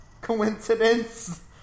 Coincidence